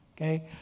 okay